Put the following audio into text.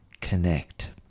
connect